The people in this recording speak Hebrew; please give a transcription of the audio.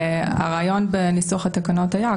הרעיון בניסוח התקנות היה,